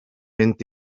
mynd